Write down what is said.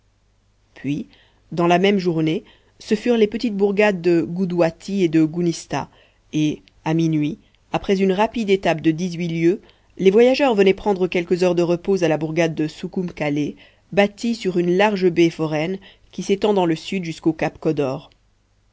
puis dans la même journée ce furent les petites bourgades de goudouati et de gounista et à minuit après une rapide étape de dix-huit lieues les voyageurs venaient prendre quelques heures de repos à la bourgade soukhoum kalé bâtie sur une large baie foraine qui s'étend dans le sud jusqu'au cap kodor